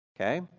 Okay